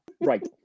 Right